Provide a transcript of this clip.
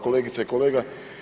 Kolegice i kolege.